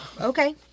Okay